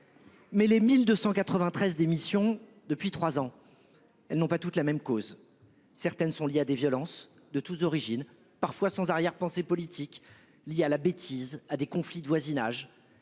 Mais les 1293 d'missions depuis 3 ans. Elles n'ont pas toutes la même cause. Certaines sont liées à des violences de tous origine parfois sans arrière-pensée politique. Il y a la bêtise à des conflits de voisinage